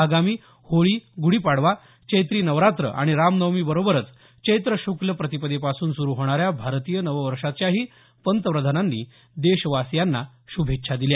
आगामी होळी गुढी पाडवा चैत्री नवरात्र आणि राम नवमी बरोबरच चैत्र शुक्क प्रतिपदेपासून सुरू होणाऱ्या भारतीय नववर्षाच्याही पंतप्रधानांनी देशवासियांना श्भेच्छा दिल्या